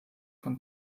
von